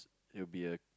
it will be a